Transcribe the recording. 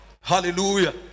hallelujah